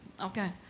Okay